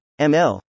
ml